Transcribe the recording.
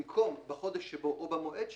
(3) במקום "בחודש שבו" יבוא "במועד שבו".